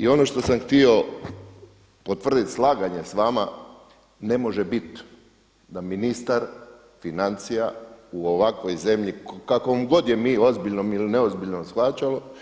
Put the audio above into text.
I ono što sam htio potvrditi slaganje s vama, ne može biti da ministar financija u ovakvoj zemlji kakvom god je mi ozbiljnom ili neozbiljnom